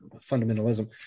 fundamentalism